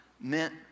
meant